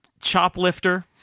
Choplifter